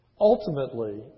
Ultimately